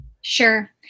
sure